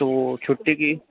तो छुट्टी की